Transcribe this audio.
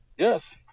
Yes